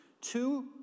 Two